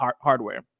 hardware